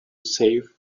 save